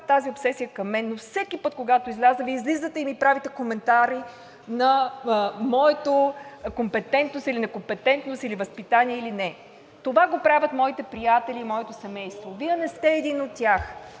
тази обсесия към мен, но всеки път, когато изляза, Вие излизате и ми правите коментари на моето – компетентност или некомпетентност и възпитание или не. Това го правят моите приятели, моето семейство. Вие не сте един от тях.